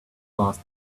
last